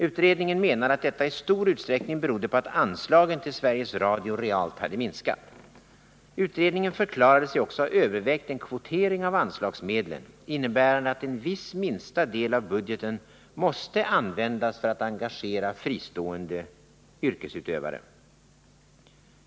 Utredningen menade att detta i stor utsträckning berodde på att anslagen till Sveriges Radio realt hade minskat. Utredningen förklarade sig också ha övervägt en kvotering av anslagsmedlen, innebärande att en viss minsta del av budgeten måste användas för att engagera fristående yrkesutövare.